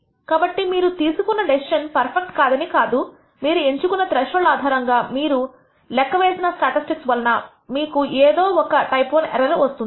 కాబట్టి మీరు తీసుకున్న డెసిషన్ పర్ఫెక్ట్ కాదని కాదు మీరు ఎంచుకున్న త్రెష్హోల్డ్ ఆధారంగా మరియు మీరు లెక్క వేసిన స్టాటిస్టిక్స్ వలన మీకు ఎప్పుడూ ఏదో ఒక టైప్ I ఎర్రర్ గా వస్తుంది